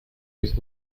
durch